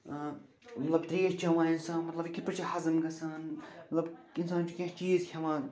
مطلب ترٛیش چٮ۪وان انسان مطلب یہِ کِتھ پٲٹھۍ چھِ ہزٕم گَژھان مطلب اِنسان چھُ کیٚنٛہہ چیٖز کھٮ۪وان